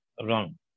wrong